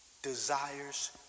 desires